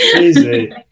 Easy